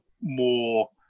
more